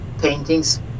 paintings